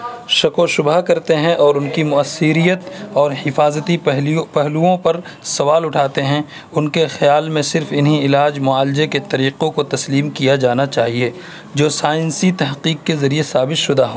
شک و شبہ کرتے ہیں اور ان کی مؤثریت اور حفاظتی پہلوؤں پر سوال اٹھاتے ہیں ان کے خیال میں صرف انہیں علاج معالجے کے طریقوں کو تسلیم کیا جانا چاہیے جو سائنسی تحقیق کے ذریعے ثابت شدہ ہوں